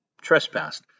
trespassed